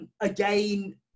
again